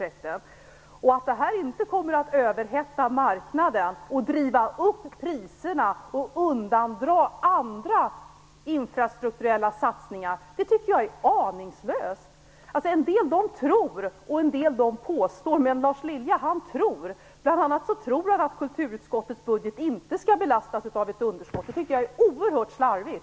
Att tro att detta inte kommer att överhetta marknaden, driva upp priserna och undandra andra infrastrukturella satsningar tycker jag är aningslöst. En del tror och en del påstår, men Lars Lilja tror. Bl.a. tror han att kulturutskottets budget inte skall belastas av ett underskott. Det tycker jag är oerhört slarvigt.